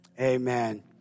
amen